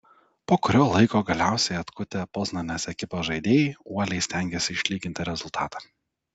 po kurio laiko galiausiai atkutę poznanės ekipos žaidėjai uoliai stengėsi išlyginti rezultatą